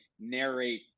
narrate